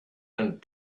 and